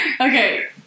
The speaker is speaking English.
Okay